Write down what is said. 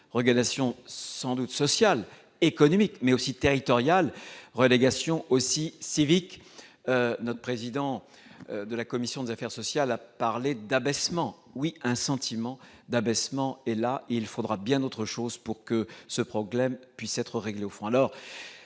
relégation, sans doute sociale et économique, mais également territoriale et civique. M. le président de la commission des affaires sociales a parlé d'« abaissement ». Oui, il y a un sentiment d'abaissement ! Il faudra bien autre chose pour que le problème puisse être réglé au fond.